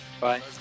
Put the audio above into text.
Bye